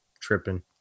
tripping